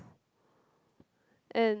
and